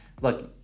Look